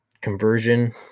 conversion